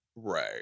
Right